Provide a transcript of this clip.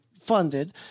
funded